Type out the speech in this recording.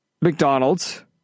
McDonald's